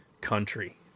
country